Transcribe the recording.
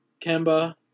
Kemba